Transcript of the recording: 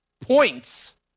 points